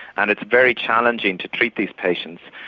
and it's very challenging to treat these patients.